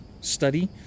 study